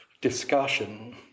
discussion